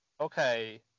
okay